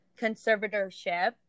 conservatorship